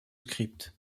script